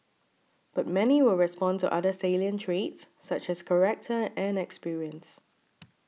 but many will respond to other salient traits such as character and experience